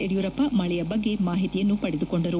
ಯಡಿಯೂರಪ್ಪ ಮಳಿಯ ಬಗ್ಗೆ ಮಾಹಿತಿಯನ್ನು ಪಡೆದುಕೊಂಡರು